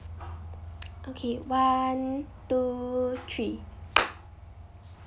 okay one two three